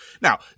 Now